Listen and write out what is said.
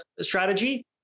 strategy